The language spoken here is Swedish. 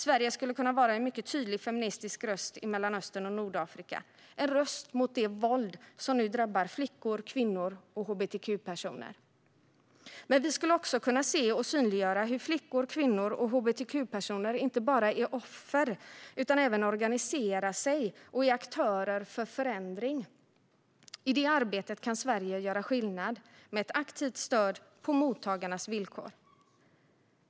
Sverige skulle kunna vara en mycket tydlig feministisk röst i Mellanöstern och Nordafrika, en röst mot det våld som nu drabbar flickor, kvinnor och hbtq-personer. Men vi skulle också kunna se och synliggöra hur flickor, kvinnor och hbtq-personer inte bara är offer utan även organiserar sig och är aktörer för förändring. I det arbetet kan Sverige göra skillnad med ett aktivt stöd på mottagarnas villkor.